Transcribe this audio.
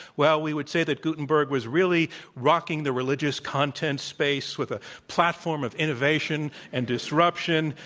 well, we would say that gutenberg was really rocking the religious content space with a platform of innovation and disruption,